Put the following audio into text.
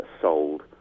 sold